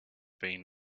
been